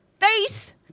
face